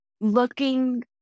looking